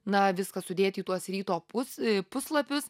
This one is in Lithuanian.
na viską sudėti į tuos ryto pus puslapius